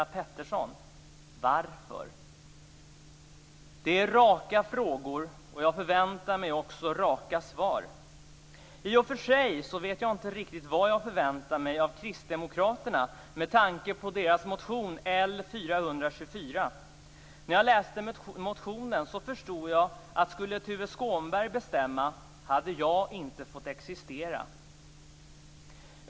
Det är raka frågor, och jag förväntar mig också raka svar. I och för sig vet jag inte riktigt vad jag förväntar mig av Kristdemokraterna med tanke på deras motion L424. När jag läste motionen förstod jag att skulle Tuve Skånberg fått bestämma hade jag inte fått existera.